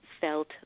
felt